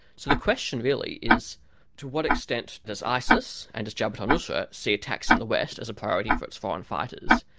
so the question really is to what extent does isis and does jabhat al-nusra see attacks in the west as a priority for its foreign fighters?